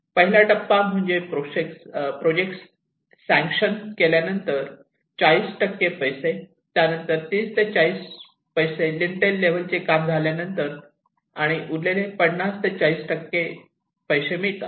पहिला टप्पा म्हणजे प्रोजेक्ट संकशन केल्यानंतर 40 पैसे त्यानंतर 30 ते 40 पैसे लिंटेल लेव्हलचे काम झाल्यानंतर उरलेले 35 ते 40 पैसे मिळतात